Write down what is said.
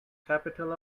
capital